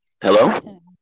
Hello